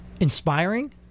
inspiring